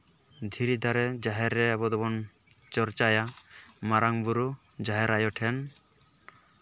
ᱫᱷᱤᱨᱤ ᱫᱟᱨᱮ ᱡᱟᱦᱮᱨ ᱨᱮ ᱟᱵᱚ ᱫᱚᱵᱚᱱ ᱪᱚᱨᱪᱟᱭᱟ ᱢᱟᱨᱟᱝ ᱵᱩᱨᱩ ᱡᱟᱦᱮᱨ ᱟᱭᱳ ᱴᱷᱮᱱ